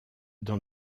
dans